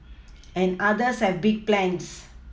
and others have big plans